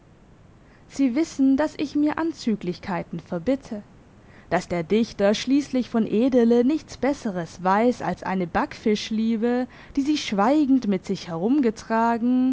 sie wissen dass ich mir anzüglichkeiten verbitte dass der dichter schliesslich von edele nichts besseres weiss als eine backfischliebe die sie schweigend mit sich herumgetragen